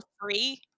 free